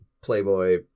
playboy